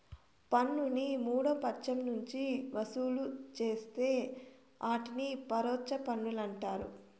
పన్నుని మూడో పచ్చం నుంచి వసూలు చేస్తే ఆటిని పరోచ్ఛ పన్నులంటారు